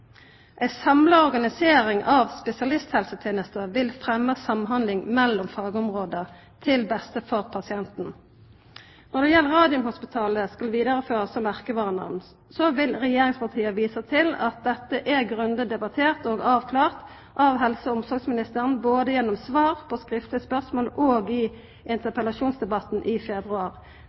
Ei samla organisering av spesialisthelsetenesta vil fremma samhandling mellom fagområda, til beste for pasientane. Når det gjeld om «Radiumhospitalet» skal vidareførast som merkevarenamn, vil regjeringspartia visa til at dette er grundig debattert og avklart av helse- og omsorgsministeren, både gjennom svar på skriftleg spørsmål og i interpellasjonsdebatten i februar.